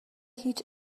هیچ